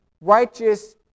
righteous